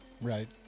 Right